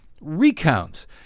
recounts